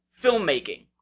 filmmaking